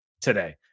today